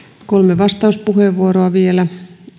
kolme vastauspuheenvuoroa vielä